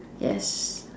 yes